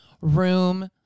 room